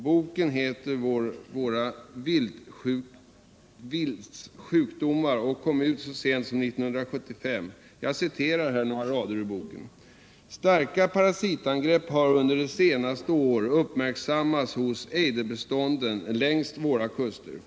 Boken heter Våra viltsjukdomar och kom ut så sent som 1975. Han skriver: ”Starka parasitangrepp har under senare år uppmärksammats hos ejderbestånden längs våra kuster.